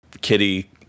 Kitty